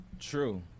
True